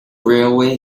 railway